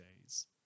days